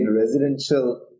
residential